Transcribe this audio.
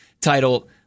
title